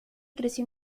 creció